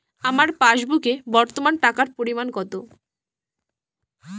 আমার পাসবুকে বর্তমান টাকার পরিমাণ কত?